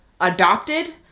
adopted